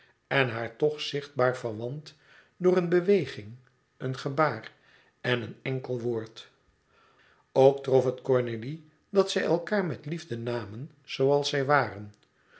en haar toch zichtbaar verwant door een blik een beweging een gebaar en een enkel woord ook trof het cornélie dat zij elkaâr met liefde namen zooals zij waren